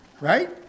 Right